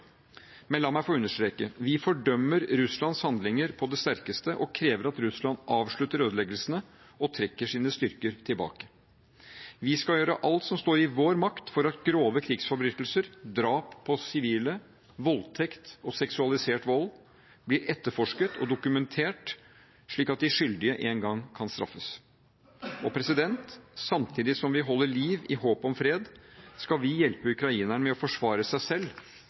Men la meg få understreke: Vi fordømmer Russlands handlinger på det sterkeste og krever at Russland avslutter ødeleggelsene og trekker sine styrker tilbake. Vi skal gjøre alt som står i vår makt for at grove krigsforbrytelser – drap på sivile, voldtekt og seksualisert vold – blir etterforsket og dokumentert, slik at de skyldige en gang kan straffes. Samtidig som vi holder liv i håpet om fred, skal vi hjelpe ukrainerne med å forsvare seg selv